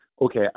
okay